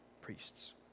priests